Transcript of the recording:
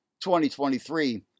2023